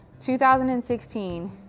2016